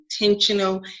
intentional